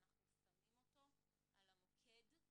אנחנו שמים אותו על המוקד,